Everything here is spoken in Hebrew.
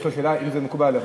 יש שאלה, האם זה מקובל עליך?